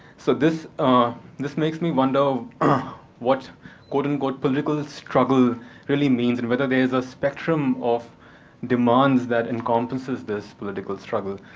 so this this makes me wonder what quote, unquote, political struggle really means, and whether there's a spectrum of demands that encompasses this political struggle.